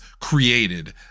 created